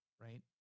right